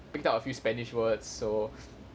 picked up a few spanish words so